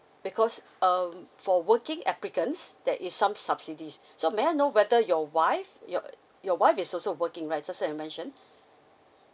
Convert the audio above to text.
because um for working applicants there is some subsidies so may I know whether your wife your your wife is also working right just now you mention